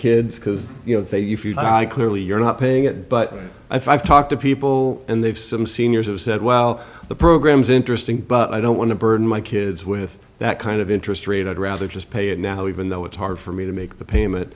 kids because you know i clearly you're not paying it but i've talked to people and they've some seniors have said well the program is interesting but i don't want to burden my kids with that kind of interest rate i'd rather just pay it now even though it's hard for me to make the payment